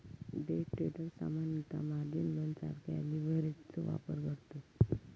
day traders सामान्यतः margin लोनसारख्या लीव्हरेजचो वापर करतत